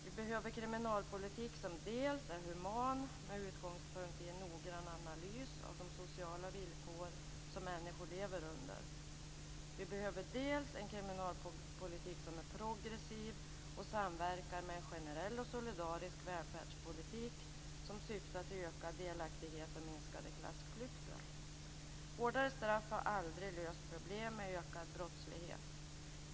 Vi behöver kriminalpolitik som dels är human med utgångspunkt i en noggrann analys av de sociala villkor människor lever under, dels är progressiv och samverkar med en generell och solidarisk välfärdspolitik som syftar till ökad delaktighet och minskade klassklyftor. Hårdare straff har aldrig löst problem med ökad brottslighet.